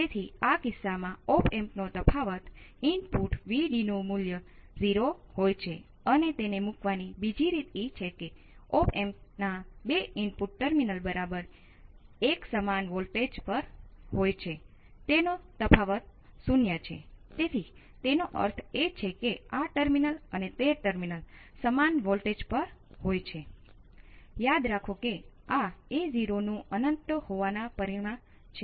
તેથી આ વિદ્યુત પ્રવાહ Ix બરાબર Vi - kViRx છે કે જે Vi×1 kRx છે